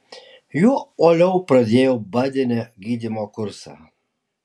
juo uoliau pradėjau badene gydymo kursą